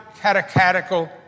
catechetical